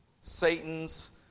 Satan's